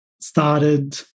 started